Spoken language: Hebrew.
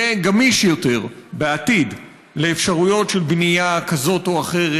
יהיה גמיש יותר בעתיד לאפשרויות של בנייה כזו או אחרת.